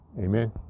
Amen